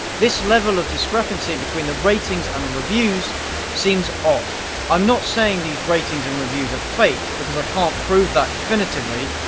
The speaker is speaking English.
this level of discrepancy between the ratings and the reviews seems off. i'm not saying these ratings and reviews are fake because i can't prove that definitively,